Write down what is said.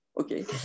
Okay